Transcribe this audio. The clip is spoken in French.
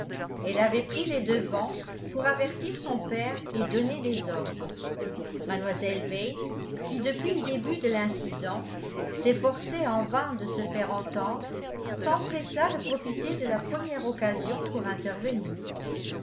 elle avait pris les devants pour avertir son père et donner des ordres mlle bates qui depuis le début de l'incident s'efforçait en vain de se faire entendre s'empressa de profiter de la première occasion pour intervenir